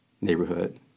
neighborhood